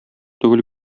түгел